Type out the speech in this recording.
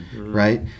right